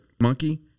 monkey